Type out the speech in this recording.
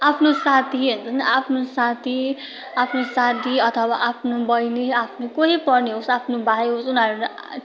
आफ्नो साथी आफ्नो साथी आफ्नो साथी अथवा आफ्नो बहिनी आफ्नो कोही पर्ने होस् आफ्नो भाइ होस् उनीहरू